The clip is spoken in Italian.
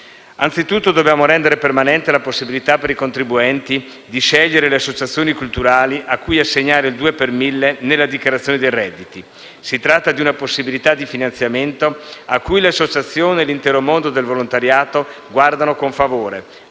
Anzitutto dobbiamo rendere permanente la possibilità per i contribuenti di scegliere le associazioni culturali a cui assegnare il due per mille nella dichiarazione dei redditi. Si tratta di una possibilità di finanziamento a cui le associazioni e l'intero mondo del volontariato guardano con favore,